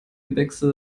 gewächse